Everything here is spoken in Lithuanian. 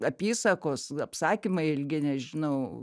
apysakos apsakymai ilgi nežinau